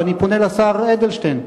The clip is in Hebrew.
אני פונה לשר אדלשטיין.